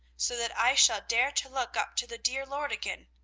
so that i shall dare to look up to the dear lord again,